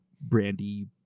brandy